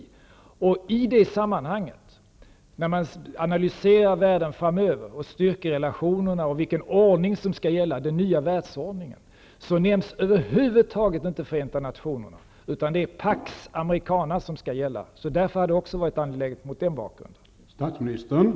I det sammanhanget -- när man gör analyser av världen framöver, styrkerelationerna och vilken ordning som skall gälla, dvs. den nya världsordningen -- nämns över huvud taget inte Förenta nationerna, utan det är Pax Americana som skall gälla. Det var därför också mot denna bakgrund angeläget att ta upp frågan.